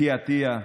אתי עטייה,